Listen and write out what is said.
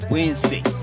Wednesday